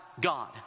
God